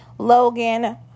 logan